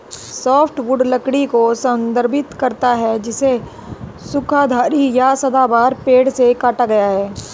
softwood लकड़ी को संदर्भित करता है जिसे शंकुधारी या सदाबहार पेड़ से काटा गया है